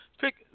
pick